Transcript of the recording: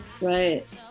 Right